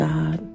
God